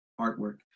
artwork